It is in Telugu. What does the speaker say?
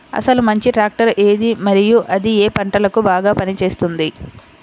అసలు మంచి ట్రాక్టర్ ఏది మరియు అది ఏ ఏ పంటలకు బాగా పని చేస్తుంది?